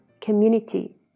community